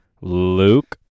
Luke